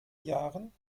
jahren